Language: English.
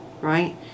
right